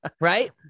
Right